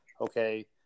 okay